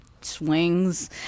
swings